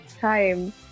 time